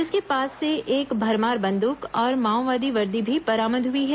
इसके पास से एक भरमार बंदूक और माओवादी वर्दी भी बरामद हुई है